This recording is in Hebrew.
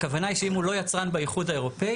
הכוונה היא שאם הוא לא יצרן באיחוד האירופי